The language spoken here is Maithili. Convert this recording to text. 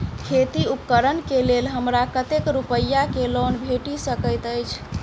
खेती उपकरण केँ लेल हमरा कतेक रूपया केँ लोन भेटि सकैत अछि?